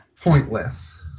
pointless